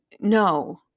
no